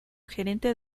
gerente